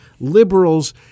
liberals